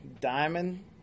Diamond